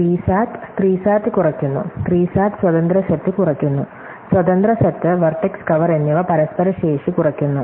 3 SAT 3 SAT കുറയ്ക്കുന്നു 3 SAT സ്വതന്ത്ര set കുറയ്ക്കുന്നു സ്വതന്ത്ര സെറ്റ് വെർട്ടെക്സ് കവർ എന്നിവ പരസ്പര ശേഷി കുറയ്ക്കുന്നു